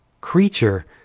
creature